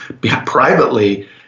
privately